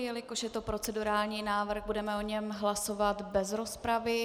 Jelikož je to procedurální návrh, budeme o něm hlasovat bez rozpravy.